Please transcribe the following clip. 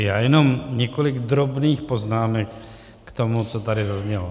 Já jenom několik drobných poznámek k tomu, co tady zaznělo.